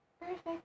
perfect